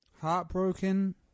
Heartbroken